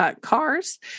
cars